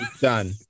Done